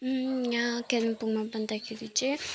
याँ कालिम्पोङमा भन्दाखेरि चाहिँ